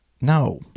no